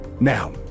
Now